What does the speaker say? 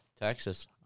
Texas